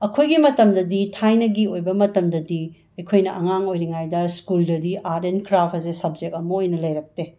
ꯑꯩꯈꯣꯏꯒꯤ ꯃꯇꯝꯗꯗꯤ ꯊꯥꯏꯅꯒꯤ ꯑꯣꯏꯕ ꯃꯇꯝꯗꯗꯤ ꯑꯩꯈꯣꯏꯅ ꯑꯉꯥꯡ ꯑꯣꯏꯔꯤꯉꯩꯗ ꯁ꯭ꯀꯨꯜꯗꯗꯤ ꯑꯥꯔꯠ ꯑꯦꯟ ꯀ꯭ꯔꯥꯐ ꯑꯁꯦ ꯁꯞꯖꯦꯛ ꯑꯃ ꯑꯣꯏꯅ ꯂꯩꯔꯛꯇꯦ